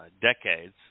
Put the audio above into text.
decades